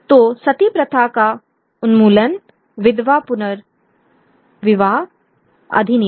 तो सती प्रथा का उन्मूलन विधवा पुनर्विवाह अधिनियम